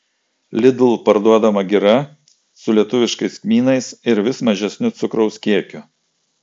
lidl parduodama gira su lietuviškais kmynais ir vis mažesniu cukraus kiekiu